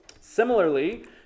Similarly